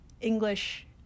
English